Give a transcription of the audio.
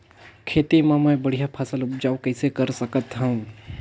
खेती म मै बढ़िया फसल उपजाऊ कइसे कर सकत थव?